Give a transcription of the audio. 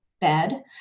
bed